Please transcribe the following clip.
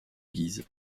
guise